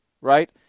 right